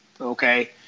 Okay